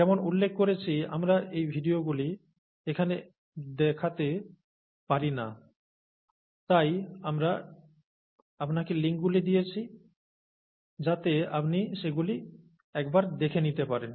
যেমন উল্লেখ করেছি আমরা এই ভিডিওগুলি এখানে দেখতে পারি না তাই আমরা আপনাকে লিঙ্কগুলি দিয়েছি যাতে আপনি সেগুলি একবার দেখে নিতে পারেন